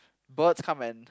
birds come and